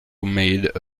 made